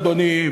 אדוני,